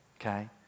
Okay